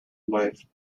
life